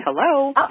hello